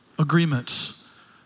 Agreements